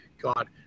God